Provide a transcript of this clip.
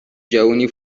جوونی